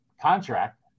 contract